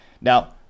Now